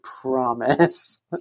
promise